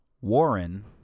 Warren